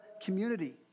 community